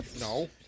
No